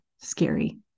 scary